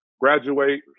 graduate